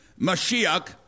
Mashiach